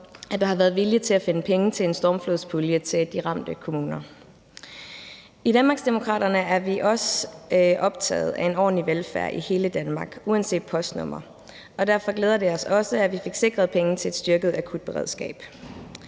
at der har været vilje til at finde penge til en stormflodspulje til de ramte kommuner. I Danmarksdemokraterne er vi også optaget af en ordentlig velfærd i hele Danmark uanset postnummer. Derfor glæder det os også, at vi fik sikret penge til et styrket akutberedskab.